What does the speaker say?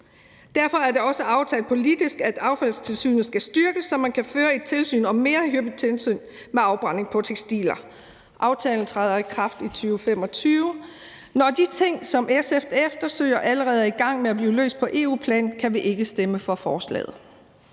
Derfor er det også aftalt politisk, at affaldstilsynet skal styrkes, så man kan føre et mere hyppigt tilsyn med afbrænding af tekstiler. Aftalen træder i kraft i 2025. Når de ting, som SF efterspørger, allerede er i gang med at blive løst på EU-plan, kan vi ikke stemme for forslaget.